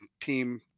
team